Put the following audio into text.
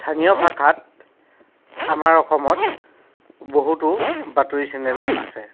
স্থানীয় ভাষাত আমাৰ অসমত বহুতো বাতৰি চেনেল আছে